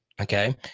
Okay